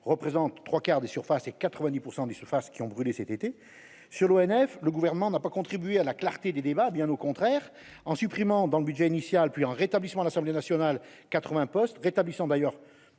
représentent trois quarts des surfaces et 90 % des surfaces qui ont brûlé cet été sur l'ONF, le gouvernement n'a pas contribué à la clarté des débats, bien au contraire, en supprimant dans le budget initial, puis un rétablissement de l'Assemblée nationale 80 postes rétablissant d'ailleurs